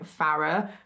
Farah